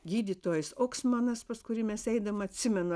gydytojas oksmanas pas kurį mes eidavom atsimenu